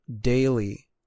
daily